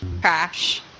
Crash